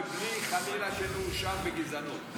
ובלי חלילה שאני אהיה מואשם בגזענות,